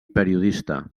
periodista